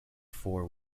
four